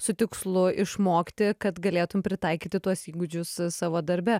su tikslu išmokti kad galėtum pritaikyti tuos įgūdžius savo darbe